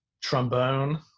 trombone